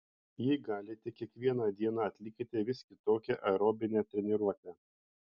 jei galite kiekvieną dieną atlikite vis kitokią aerobinę treniruotę